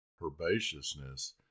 herbaceousness